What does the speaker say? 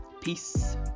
Peace